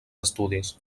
estudis